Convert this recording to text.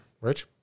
Rich